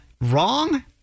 wrong